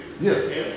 Yes